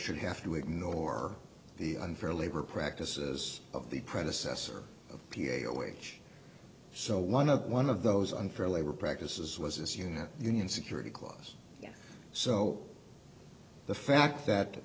should have to ignore the unfair labor practices of the predecessor of p a a wage so one of one of those unfair labor practices was this unit union security clause so the fact that